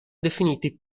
definiti